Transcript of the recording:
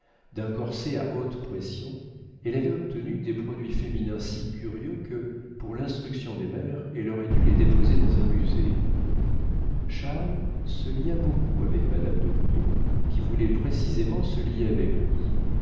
d'un corset à haute pression elle avait obtenu des produits féminins si curieux que pour l'instruction des mères elle aurait dû les déposer dans un musée charles se lia beaucoup avec madame d'aubrion qui voulait précisément se lier avec lui